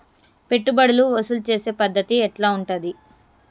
పెట్టుబడులు వసూలు చేసే పద్ధతి ఎట్లా ఉంటది?